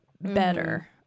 better